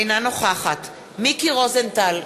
אינה נוכחת מיקי רוזנטל,